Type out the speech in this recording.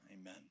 Amen